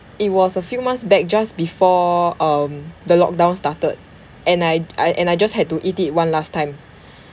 it was a few months back just before um the lock down started and I d~ I just had to eat it one last time